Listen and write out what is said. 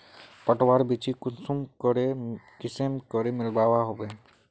पटवार बिच्ची कुंसम करे किस्मेर मिलोहो होबे?